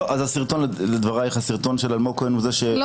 אז לדבריך הסרטון של אלמוג כהן הוא זה- -- לא